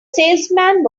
salesman